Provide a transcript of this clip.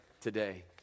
today